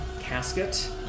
casket